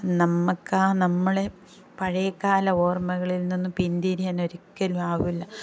നമുക്ക് ആ നമ്മളെ പഴയ കാല ഓർമ്മകളിൽ നിന്നും പിന്തിരിയാൻ ഒരിക്കലും ആകില്ല